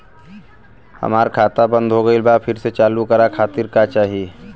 हमार खाता बंद हो गइल बा फिर से चालू करा खातिर का चाही?